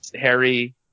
Harry